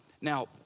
Now